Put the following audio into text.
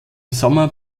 sommer